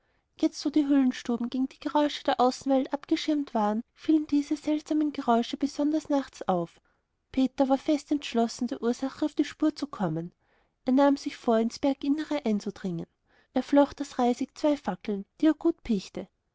jetzt wo die höhlenstuben gegen die geräusche der außenwelt abgeschirmt waren fielen diese seltsamen geräusche besonders nachts auf peter war fest entschlossen der ursache auf die spur zu kommen er nahm sich vor ins berginnere einzudringen er flocht aus reisig zwei fackeln die er gut